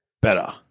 better